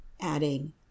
adding